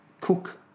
cook